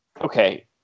Okay